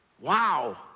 Wow